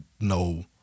no